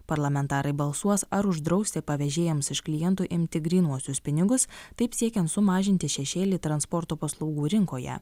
parlamentarai balsuos ar uždrausti vežėjams iš klientų imti grynuosius pinigus taip siekiant sumažinti šešėlį transporto paslaugų rinkoje